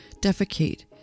defecate